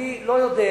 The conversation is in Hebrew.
אני לא יודע